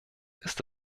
ist